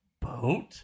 boat